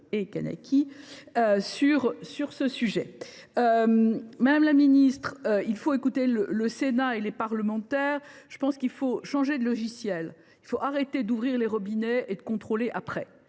Madame la ministre, il faut écouter le Sénat et les parlementaires. Il est nécessaire de changer de logiciel : arrêtons d’ouvrir les robinets et de contrôler après.